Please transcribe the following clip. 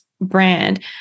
brand